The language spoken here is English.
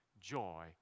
joy